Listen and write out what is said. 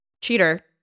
cheater